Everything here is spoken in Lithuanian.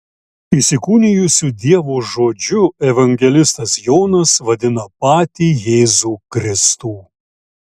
įsikūnijusiu dievo žodžiu evangelistas jonas vadina patį jėzų kristų